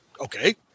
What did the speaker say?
Okay